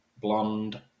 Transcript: Blonde